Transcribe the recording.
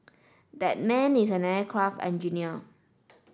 that man is an aircraft engineer